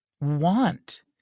want